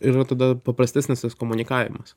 yra tada paprastesnis tas komunikavimas